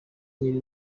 nyiri